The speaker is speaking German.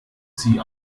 sie